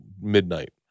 midnight